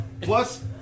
Plus